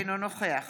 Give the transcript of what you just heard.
אינו נוכח